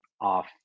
off